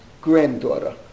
granddaughter